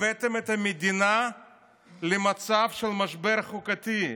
הבאתם את המדינה למצב של משבר חוקתי,